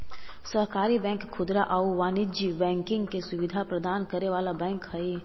सहकारी बैंक खुदरा आउ वाणिज्यिक बैंकिंग के सुविधा प्रदान करे वाला बैंक हइ